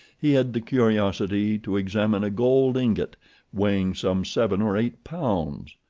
he had the curiosity to examine a gold ingot weighing some seven or eight pounds.